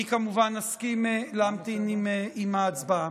אני כמובן אסכים להמתין עם ההצבעה.